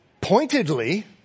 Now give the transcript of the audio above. pointedly